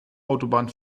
autobahn